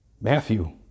Matthew